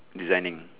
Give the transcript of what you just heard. designing